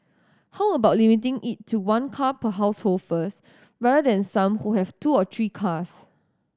how about limiting it to one car per household first rather than some who have two or three cars